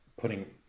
putting